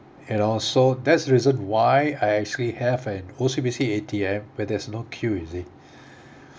you know that's the reason why I actually have an O_C_B_C A_T_M where there's no queue you see